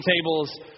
tables